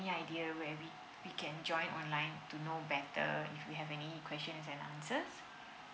any idea where we we can join online to know better if we have any questions and answers